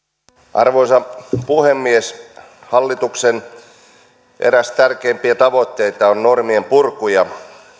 arvoisa puhemies eräs hallituksen tärkeimpiä tavoitteita on normien purku ja